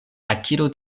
akiro